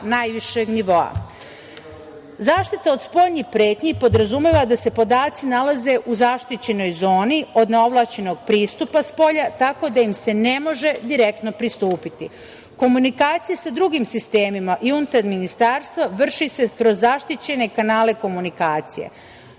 najvišeg nivoa.Zaštita od spoljnih pretnji podrazumeva da se podaci nalaze u zaštićenoj zoni od neovlašćenog pristupa spolja tako da im se ne može direktno pristupiti. Komunikacija sa drugim sistemima i unutar ministarstva vrši se kroz zaštićene kanale komunikacije.